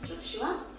Joshua